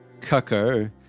Cucker